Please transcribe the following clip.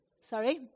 Sorry